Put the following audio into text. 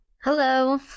hello